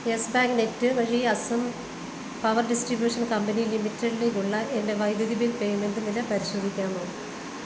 yes Bank net വഴി Assam power distribution company ലിമിറ്റഡിലേക്കുള്ള എൻ്റെ വൈദ്യുതി ബിൽ പേയ്മെന്റ് നില പരിശോധിക്കാമോ